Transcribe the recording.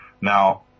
Now